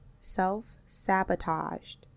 self-sabotaged